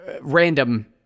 random